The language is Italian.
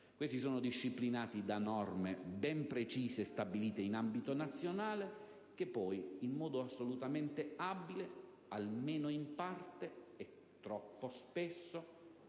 Questi sono disciplinati da norme ben precise stabilite in ambito nazionale, che poi in modo assolutamente abile, almeno in parte e troppo spesso,